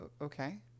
okay